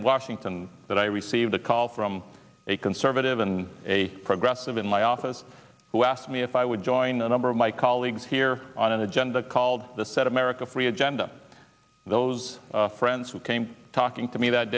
in washington that i received a call from a conservative and a progressive in my office who asked me if i would join a number of my colleagues here on an agenda called the set america three agenda those friends who came talking to me that